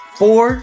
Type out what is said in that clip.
four